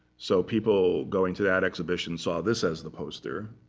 so people going to that exhibition saw this as the poster,